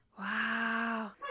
Wow